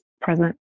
present